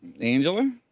Angela